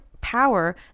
power